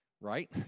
right